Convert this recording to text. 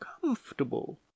comfortable